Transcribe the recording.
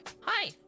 Hi